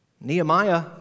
Nehemiah